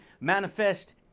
manifest